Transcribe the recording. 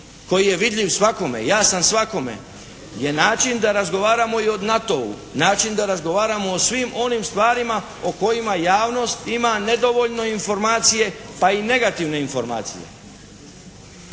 koji je vidljiv svakome, jasan svakome je način da razgovaramo i o NATO-u, način da razgovaramo o svim onim stvarima o kojima javnost ima nedovoljno informacije pa i negativne informacije.